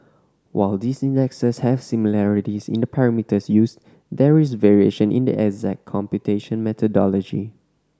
while these indexes have similarities in the parameters used there is variation in the exact computation methodology